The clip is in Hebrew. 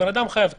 הבן אדם חייב כסף,